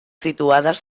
situades